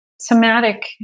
somatic